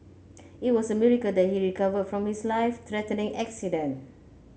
it was a miracle that he recovered from his life threatening accident